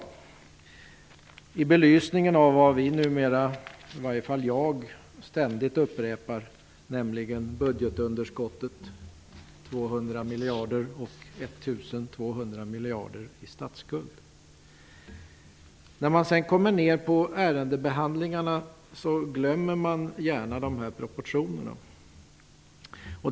Detta skall ses i belysning av vad i varje fall jag ständigt upprepar, dvs. att vi har ett budgetunderskott om 200 miljarder kronor och en statsskuld om 1 200 miljarder kronor. Men när man sedan kommer fram till ärendebehandlingen glömmer man gärna proportionerna här.